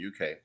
UK